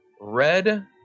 Red